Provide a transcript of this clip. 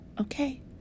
Okay